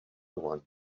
want